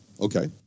Okay